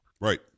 Right